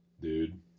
dude